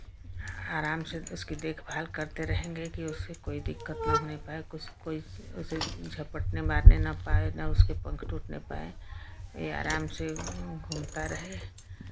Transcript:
आराम से उसकी देखभाल करते रहेंगे की उसे कोई दिक्कत ना होने पाए कुछ कोई उसे झपटने मारने ना पाएँ ना उसके पंख टूटने पाएँ वो आराम से घूमता रहे